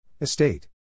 Estate